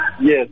yes